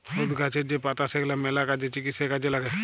হলুদ গাহাচের যে পাতা সেগলা ম্যালা কাজে, চিকিৎসায় কাজে ল্যাগে